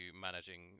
managing